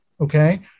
Okay